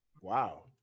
Wow